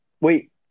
Wait